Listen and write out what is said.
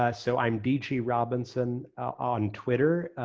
ah so i'm dgrobinson on twitter,